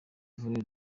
vuriro